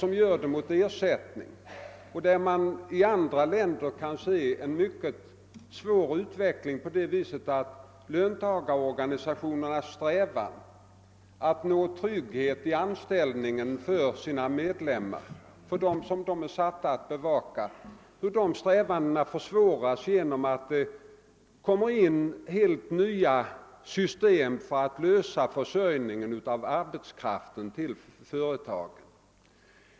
I andra länder har det kunnat märkas en mycket negativ utveckling härvidlag, eftersom löntagarorganisationernas strävanden att nå trygghet i anställningen för sina medlemmar försvåras då det skapas helt nya system för att lösa arbetskraftsförsörjningen i företagen.